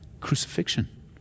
Crucifixion